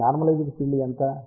కాబట్టి normalised field ఎంత